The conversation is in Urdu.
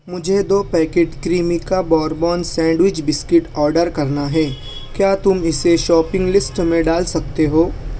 مجھے دو packet Cremica bourbon sandwich biscuit order کرنا ہے کیا تم اسے شاپنگ لیسٹ میں ڈال سکتے ہو